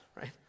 right